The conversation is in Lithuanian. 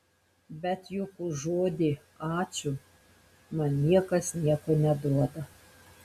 bet juk už žodį ačiū man niekas nieko neduoda